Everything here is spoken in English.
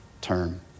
term